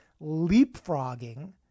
leapfrogging